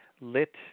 lit